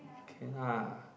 okay lah